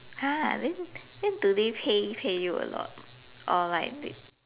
!huh! really then do they pay pay you a lot or like they